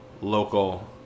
local